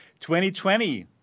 2020